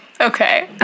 okay